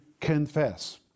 confess